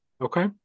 Okay